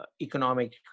economic